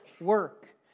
work